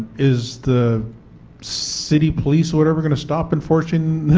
is the city police or whatever going to stop enforcing